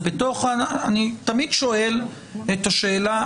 אני תמיד שואל את השאלה.